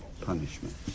punishment